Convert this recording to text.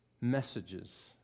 messages